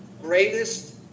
greatest